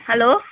hello